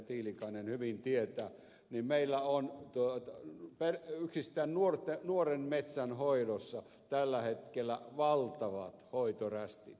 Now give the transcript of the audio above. tiilikainen hyvin tietää yksistään nuoren metsän hoidossa tällä hetkellä valtavat hoitorästit